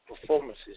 performances